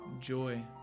Joy